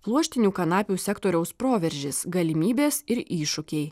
pluoštinių kanapių sektoriaus proveržis galimybės ir iššūkiai